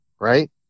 right